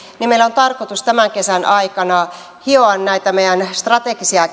meillä on tarkoitus tämän kesän aikana hioa näitä meidän strategisia